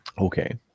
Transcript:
Okay